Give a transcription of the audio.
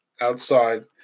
outside